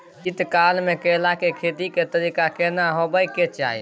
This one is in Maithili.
शीत काल म केला के खेती के तरीका केना होबय के चाही?